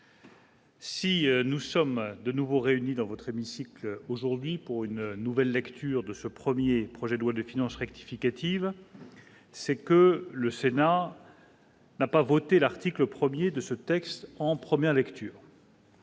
Si nous sommes de nouveau réunis dans votre hémicycle aujourd'hui pour une nouvelle lecture de ce 1er projet de loi de finances rectificative, c'est que le Sénat. N'a pas voté l'article 1er de ce texte en première lecture.